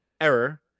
error